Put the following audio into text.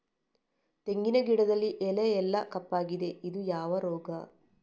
ತೆಂಗಿನ ಗಿಡದಲ್ಲಿ ಎಲೆ ಎಲ್ಲಾ ಕಪ್ಪಾಗಿದೆ ಇದು ಯಾವ ರೋಗ?